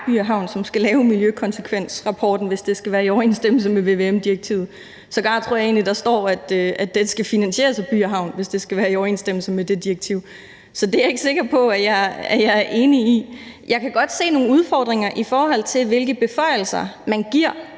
By & Havn, som skal lave miljøkonsekvensrapporten, hvis det skal være i overensstemmelse med vvm-direktivet. Jeg tror egentlig sågar, at der står, at den skal finansieres af By & Havn, hvis det skal være i overensstemmelse med det direktiv. Så det er jeg ikke sikker på at jeg er enig i. Jeg kan godt se nogle udfordringer i forhold til, hvilke beføjelser man giver